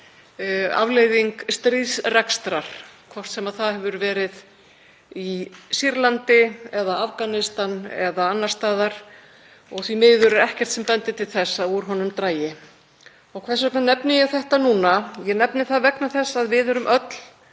afleiðing stríðsrekstrar, hvort sem það hefur verið í Sýrlandi eða Afganistan eða annars staðar og því miður er ekkert sem bendir til þess að úr honum dragi. Hvers vegna nefni ég þetta núna? Ég nefni það vegna þess að við erum öll,